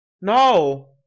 no